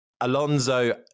Alonso